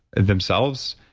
themselves.